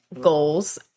goals